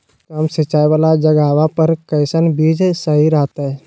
कम सिंचाई वाला जगहवा पर कैसन बीज सही रहते?